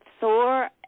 Thor